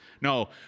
No